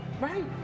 Right